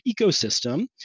ecosystem